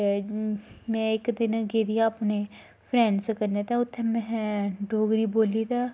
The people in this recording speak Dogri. ते में इक दिन गेदी ही अपने फ्रैंडस कन्नै उत्थैं डोगरी बोल्ली ते